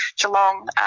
Geelong